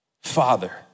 father